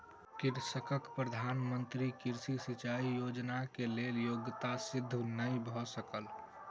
कृषकक प्रधान मंत्री कृषि सिचाई योजना के लेल योग्यता सिद्ध नै भ सकल